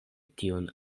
tiun